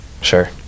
Sure